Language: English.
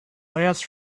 last